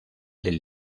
del